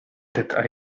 that